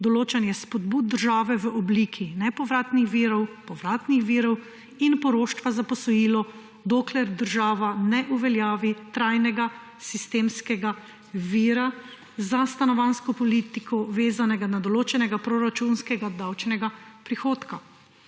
določanje spodbud države v obliki nepovratnih virov, povratnih virov in poroštva za posojilo, dokler država ne uveljavi trajnega sistemskega vira za stanovanjsko politiko, vezanega na določenega proračunskega davčnega prihodka.